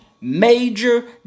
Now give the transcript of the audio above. major